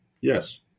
Yes